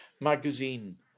magazine